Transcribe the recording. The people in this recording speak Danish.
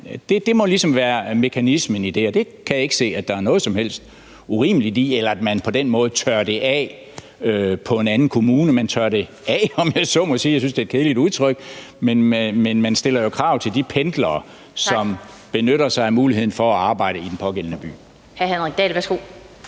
Det må ligesom være mekanismen i det, og det kan jeg ikke se der er noget som helst urimeligt i, eller at man på den måde tørrer det af på en anden kommune. Man tørrer det af, om jeg så må sige – jeg synes, det er et kedeligt udtryk – ved at stille krav til de pendlere, som benytter sig af muligheden for at arbejde i den pågældende by.